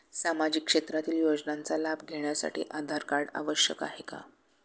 सामाजिक क्षेत्रातील योजनांचा लाभ घेण्यासाठी आधार कार्ड आवश्यक आहे का?